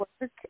work